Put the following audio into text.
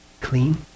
clean